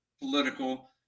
political